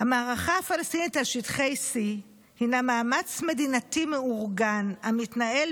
"המערכה הפלסטינית על שטחי C הינה מאמץ מדינתי מאורגן המתנהל